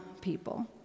people